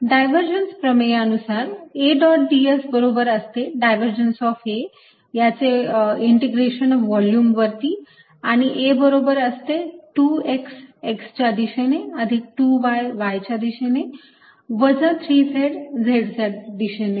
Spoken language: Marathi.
डायव्हर्जेन्स प्रमेय नुसार A डॉट ds बरोबर असते डायव्हर्जेन्स ऑफ A यांचे इंटिग्रेशन व्हॉल्यूम वरती आणि A बरोबर असते 2x x च्या दिशेने अधिक 2y y च्या दिशेने वजा 3z z च्या दिशेने